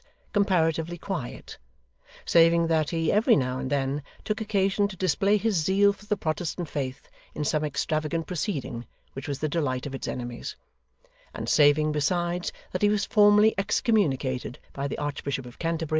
comparatively quiet saving that he, every now and then, took occasion to display his zeal for the protestant faith in some extravagant proceeding which was the delight of its enemies and saving, besides, that he was formally excommunicated by the archbishop of canterbury,